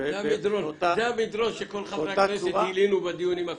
--- זה המדרון זה המדרון שכל חברי הכנסת העלו בדיונים הקודמים.